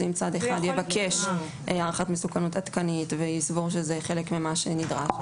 אם צד אחד יבקש הערכת מסוכנות עדכנית ויסבור שזה חלק ממה שנדרש,